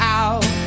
out